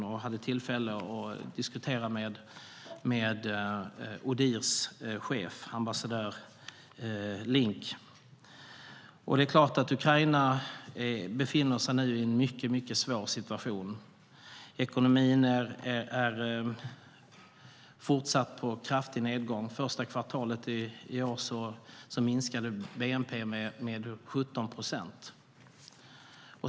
Jag fick tillfälle att diskutera med Odihrs chef, ambassadör Link. Det är klart att Ukraina befinner sig i en mycket svår situation. Ekonomin är på fortsatt kraftig nedgång - första kvartalet i år minskade bnp med 17 procent.